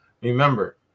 Remember